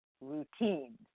routines